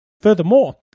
Furthermore